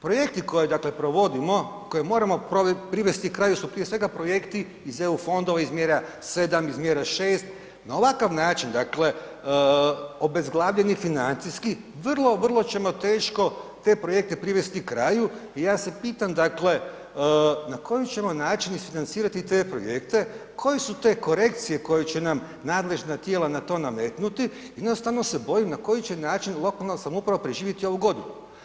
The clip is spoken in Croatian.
Projekti koje dakle provodimo, koje moramo privesti kraju su prije svega projekti iz EU fondova iz mjera 7, iz mjera 6, na ovakav način dakle obezglavljeni financijski vrlo, vrlo ćemo teško te projekte privesti kraju i ja se pitam dakle na koji ćemo način isfinancirati te projekte koje su to korekcije koje će nam nadležna tijela na to nametnuti, jednostavno se bojim na koji će način lokalna samouprava preživjeti ovu godinu.